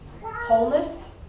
wholeness